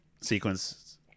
sequence